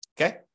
Okay